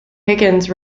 higgins